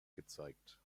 gezeigt